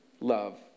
love